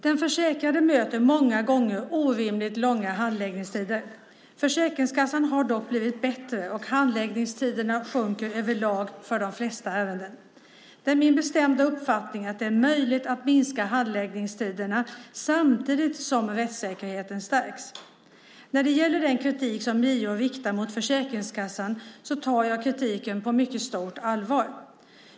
Den försäkrade möter många gånger orimligt långa handläggningstider. Försäkringskassan har dock blivit bättre, och handläggningstiderna sjunker överlag för de flesta ärendena. Det är min bestämda uppfattning att det är möjligt att minska handläggningstiderna samtidigt som rättssäkerheten stärks. När det gäller den kritik som JO riktat mot Försäkringskassan tar jag kritiken på mycket stort allvar.